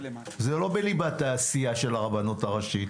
זה לא בליבת העשייה של הרבנות הראשית,